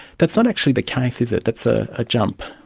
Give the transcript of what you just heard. that's not actually the case, is it? that's a ah jump.